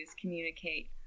communicate